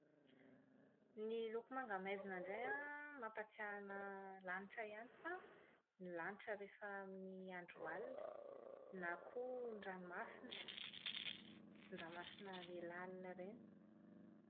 Ny loko manga maizina indray an, mampatsiahy anahy lanitra ihany fa, ny lanitra rehefa amin'ny andro alina. Na koa ranomasina. Ny ranomasina ilay lalina ireny.